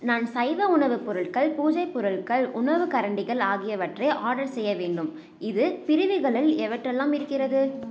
நான் சைவ உணவுப் பொருட்கள் பூஜை பொருட்கள் உணவுக் கரண்டிகள் ஆகியவற்றை ஆர்டர் செய்ய வேண்டும் இது பிரிவுகளில் எவற்றெல்லாம் இருக்கிறது